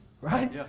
Right